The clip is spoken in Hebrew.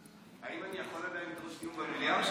האם אני יכול עדיין לדרוש דיון במליאה,